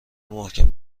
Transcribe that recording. محکم